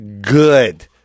good